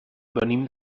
venim